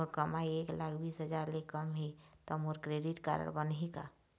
मोर कमाई एक लाख बीस हजार ले कम हे त मोर क्रेडिट कारड बनही का?